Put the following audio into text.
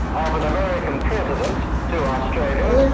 um an american president to australia